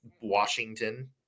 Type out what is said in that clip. Washington